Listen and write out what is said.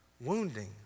wounding